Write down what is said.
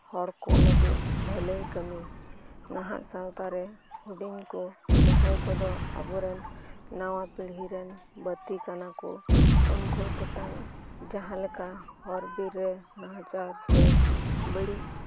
ᱦᱚᱲᱠᱩ ᱞᱟᱹᱜᱤᱫ ᱵᱷᱟᱹᱞᱟᱹᱭ ᱠᱟᱹᱢᱤ ᱱᱟᱦᱟᱜ ᱥᱟᱶᱛᱟᱨᱮ ᱦᱩᱰᱤᱧᱠᱩ ᱡᱟᱦᱟᱸᱭ ᱠᱚᱫᱚ ᱟᱵᱩᱨᱮᱱ ᱱᱟᱣᱟ ᱯᱤᱲᱦᱤᱨᱮᱱ ᱵᱟᱹᱛᱤ ᱠᱟᱱᱟᱠᱩ ᱩᱱᱠᱩ ᱪᱮᱛᱟᱱ ᱡᱟᱦᱟᱸᱞᱮᱠᱟ ᱦᱚᱨᱵᱤᱨ ᱨᱮ ᱱᱟᱦᱟᱪᱟᱨ ᱥᱮ ᱵᱟᱹᱲᱤᱡ